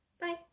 bye